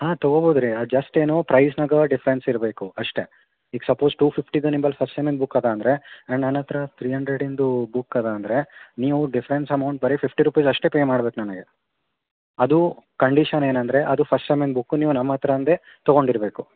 ಹಾಂ ತೊಗೋಬೋದು ರೀ ಜಸ್ಟ್ ಏನು ಪ್ರೈಸ್ನಾಗೆ ಡಿಫ್ರೆನ್ಸ್ ಇರಬೇಕು ಅಷ್ಟೇ ಈಗ ಸಪೋಸ್ ಟೂ ಫಿಫ್ಟೀದು ನಿಮ್ಮಲ್ಲಿ ಫಸ್ಟ್ ಸೆಮ್ಮಿಂದು ಬುಕ್ ಇದೆ ಅಂದರೆ ಆ್ಯಂಡ್ ನನ್ನ ಹತ್ರ ತ್ರೀ ಹಂಡ್ರೆಡ್ಡಿಂದೂ ಬುಕ್ ಇದೆ ಅಂದರೆ ನೀವು ಡಿಫ್ರೆನ್ಸ್ ಅಮೌಂಟ್ ಬರೀ ಫಿಫ್ಟಿ ರುಪೀಸ್ ಅಷ್ಟೇ ಪೇ ಮಾಡ್ಬೇಕು ನನಗೆ ಅದು ಕಂಡೀಶನ್ ಏನು ಅಂದರೆ ಅದು ಫಸ್ಟ್ ಸೆಮ್ಮಿಂದು ಬುಕ್ಕು ನೀವು ನಮ್ಮ ಹತ್ರ ಇಂದೆ ತೊಗೊಂಡಿರಬೇಕು